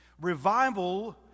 Revival